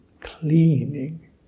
cleaning